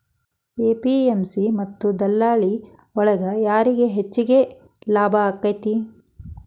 APMC ಮತ್ತ ದಲ್ಲಾಳಿ ಒಳಗ ಯಾರಿಗ್ ಹೆಚ್ಚಿಗೆ ಲಾಭ ಆಕೆತ್ತಿ?